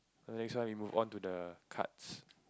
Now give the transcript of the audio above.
the next one we move on to the cards